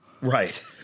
right